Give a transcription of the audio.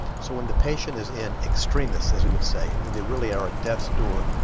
so when the patient is in extremis as we would say, when they really are at death's door,